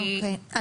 אוקי,